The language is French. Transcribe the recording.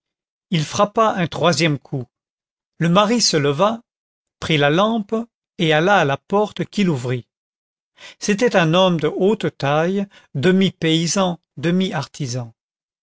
il frappa un troisième coup le mari se leva prit la lampe et alla à la porte qu'il ouvrit c'était un homme de haute taille demi paysan